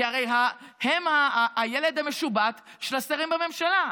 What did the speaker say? כי הרי הם הילד המשובט של השרים בממשלה.